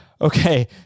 Okay